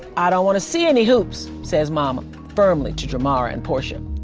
i don't want to see any hoops, says mama firmly to jamara and portia.